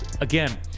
Again